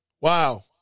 Wow